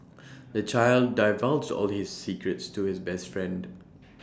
the child divulged all his secrets to his best friend